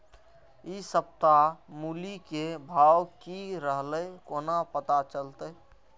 इ सप्ताह मूली के भाव की रहले कोना पता चलते?